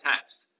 text